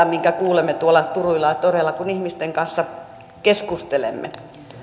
minkä kuulemme tuolla turuilla ja toreilla kun ihmisten kanssa keskustelemme